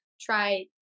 try